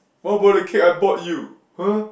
what about the cake I bought you !huh!